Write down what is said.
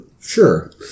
Sure